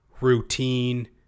routine